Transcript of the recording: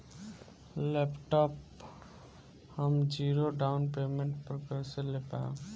Laptop हम zero down payment पर कैसे ले पाएम?